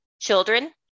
children